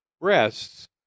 breasts